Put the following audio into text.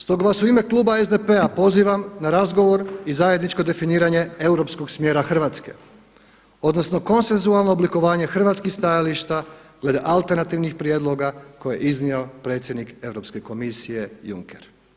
Stoga vas u ime kluba SDP-a pozivam na razgovor i zajedničko definiranje europskog smjera Hrvatske odnosno konsensualno oblikovanje hrvatskih stajališta glede alternativnih prijedloga koje je iznio predsjednik Europske komisije Juncker.